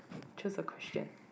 choose a question